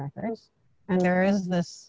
records and there is this